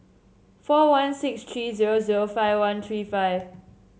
four one six three zero zero five one three five